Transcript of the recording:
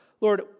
Lord